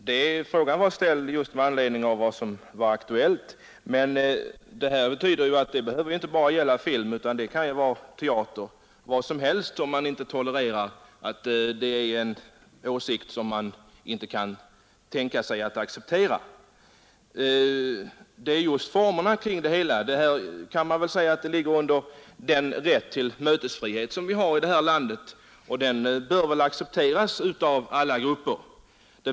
Herr talman! Frågan är ställd med anledning av en aktuell händelse, men det betyder inte att det här bara gäller film. Det kan gälla teaterföreställningar eller vad som helst där åsikter framförs som somliga personer inte kan tolerera, Man kan säga att hela detta problem hör ihop med den rätt till mötesfrihet som vi har i det här landet och som väl bör accepteras av alla grupper.